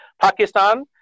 Pakistan